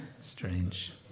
strange